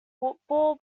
football